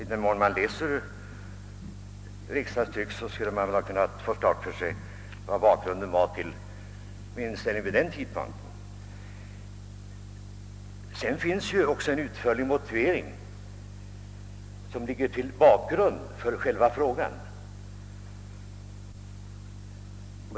I den mån man läser riksdagstryck så borde man därav ha kunnat få klart för sig vilken inställning jag hade redan vid den tidpunkten och bakgrunden till den. Dessutom gav jag i min interpellation en utförlig motivering till själva frågan.